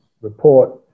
report